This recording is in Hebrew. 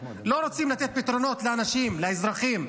לא רוצים לתת פתרונות לאנשים, לאזרחים.